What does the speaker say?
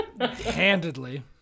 Handedly